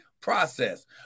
process